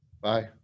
bye